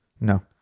No